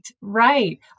right